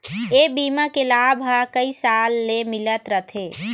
ए बीमा के लाभ ह कइ साल ले मिलत रथे